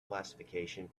classification